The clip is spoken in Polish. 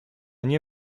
nie